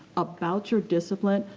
about your discipline,